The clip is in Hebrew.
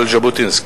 על ז'בוטינסקי.